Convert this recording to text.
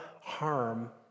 harm